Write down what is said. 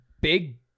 big